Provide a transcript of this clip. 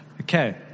Okay